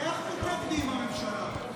איך הממשלה מתנגדת?